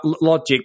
logic